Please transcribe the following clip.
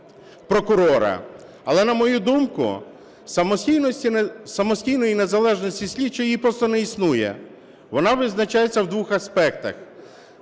Але, на мою думку, самостійної незалежності слідчого, її просто не існує, вона визначається в двох аспектах.